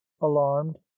alarmed